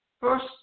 First